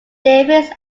davis